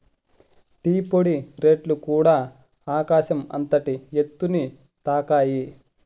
tea పొడి రేట్లుకూడ ఆకాశం అంతటి ఎత్తుని తాకాయి